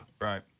Right